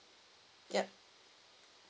yup